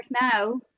now